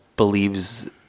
believes